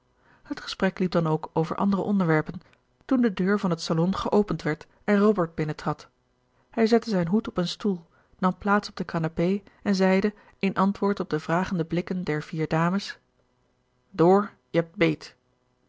het gesprek liep dan ook over andere onderwerpen toen de deur van het salon geopend werd en robert binnen trad hij zette zijn hoed op een stoel nam plaats op de canapé en zeide in antwoord op de vragende blikken der vier dames door je hebt